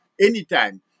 anytime